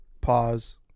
pause